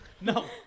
No